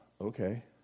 Okay